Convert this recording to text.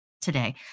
today